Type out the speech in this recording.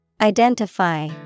Identify